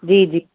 जी जी